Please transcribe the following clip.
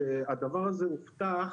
שהדבר הזה הובטח,